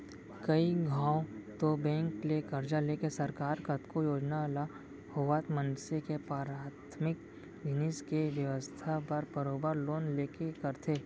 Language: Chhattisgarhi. कइ घौं तो बेंक ले करजा लेके सरकार कतको योजना ल होवय मनसे के पराथमिक जिनिस के बेवस्था बर बरोबर लोन लेके करथे